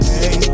Hey